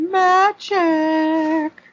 magic